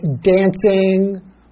dancing